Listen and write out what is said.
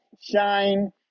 shine